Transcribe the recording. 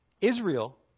Israel